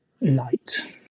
light